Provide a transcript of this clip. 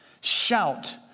shout